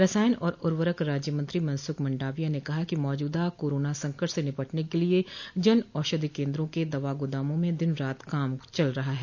रसायन और उर्वरक राज्यमंत्री मनसुख मंडावियां ने कहा कि मौजूदा कोरोना संकट से निपटने के लिए जन औषधि केन्द्रों के दवा गोदामों में दिन रात काम चल रहा है